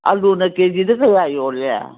ꯑꯥꯜꯂꯨꯅ ꯀꯦ ꯖꯤꯗ ꯀꯌꯥ ꯌꯣꯜꯂꯤ